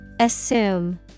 Assume